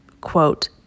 quote